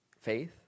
Faith